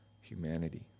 humanity